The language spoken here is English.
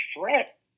threat